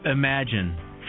Imagine